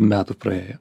metų praėjo